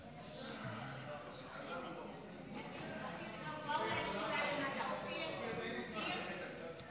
חוק קליטת חיילים משוחררים (תיקון מס' 25),